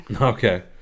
Okay